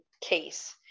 case